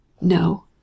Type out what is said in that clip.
No